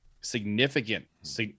significant